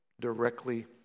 directly